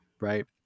right